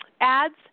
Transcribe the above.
ads